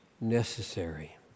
necessary